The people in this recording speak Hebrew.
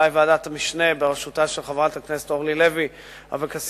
ואולי ועדת המשנה בראשותה של חברת הכנסת אורלי לוי אבקסיס,